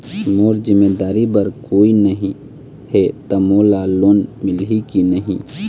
मोर जिम्मेदारी बर कोई नहीं हे त मोला लोन मिलही की नहीं?